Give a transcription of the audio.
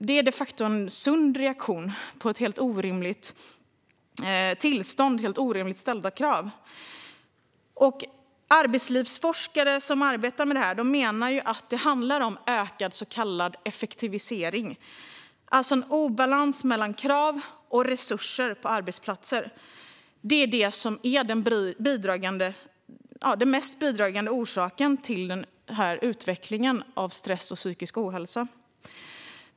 Det är de facto en sund reaktion på ett helt orimligt tillstånd och orimligt ställda krav. Arbetslivsforskare som arbetar med det här menar att det handlar om ökad så kallad effektivisering. Obalans mellan krav och resurser på arbetsplatser är den mest bidragande orsaken till utveckling av stress och psykisk ohälsa.